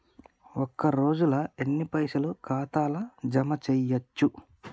ఒక రోజుల ఎన్ని పైసల్ ఖాతా ల జమ చేయచ్చు?